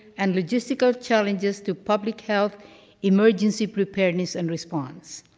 and logistical challenges to public health emergency preparedness and response.